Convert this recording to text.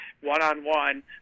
one-on-one